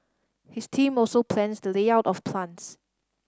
his team also plans the layout of plants